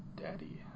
daddy